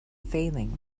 failing